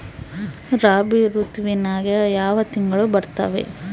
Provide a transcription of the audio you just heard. ರಾಬಿ ಋತುವಿನ್ಯಾಗ ಯಾವ ತಿಂಗಳು ಬರ್ತಾವೆ?